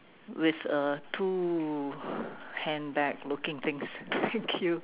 with uh two handbag looking things thank you